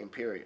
imperi